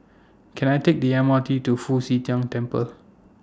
Can I Take The M R T to Fu Xi Tang Temple